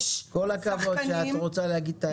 כל הכבוד שאת רוצה להגיד את האמת.